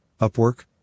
Upwork